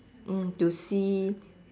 mm to see